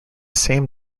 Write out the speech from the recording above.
same